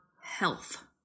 health